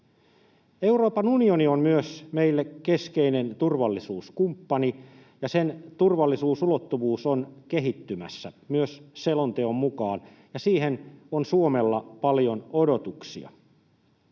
Euroopan unioni on meille keskeinen turvallisuuskumppani. Sen turvallisuusulottuvuus on kehittymässä, myös selonteon mukaan, ja siihen on Suomella paljon odotuksia.